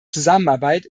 zusammenarbeit